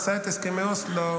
עשה את הסכמי אוסלו,